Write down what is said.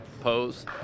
pose